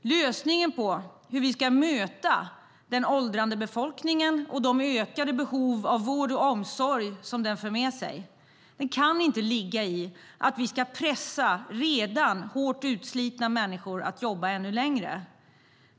Lösningen på hur vi ska möta den åldrande befolkningen och de ökade behov av vård och omsorg som den för med sig kan inte ligga i att vi ska pressa redan hårt utslitna människor att jobba ännu längre.